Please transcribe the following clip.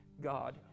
God